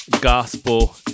gospel